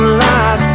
lies